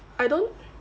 I don't